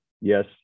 Yes